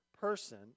person